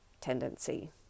tendency